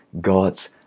God's